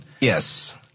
Yes